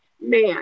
man